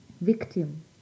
victim